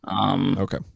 Okay